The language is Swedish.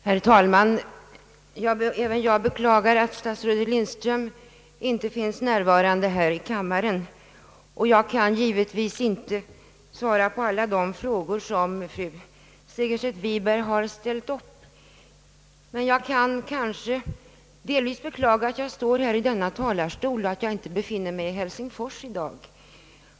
Herr talman! Även jag beklagar att statsrådet Lindström inte är närvarande i kammaren. Jag kan givetvis inte svara på alla frågor som fru Segerstedt Wiberg har ställt. Jag kan kanske i viss mån beklaga att jag står i denna talarstol och inte befinner mig i Helsingfors i dag.